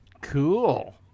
Cool